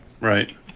right